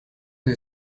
you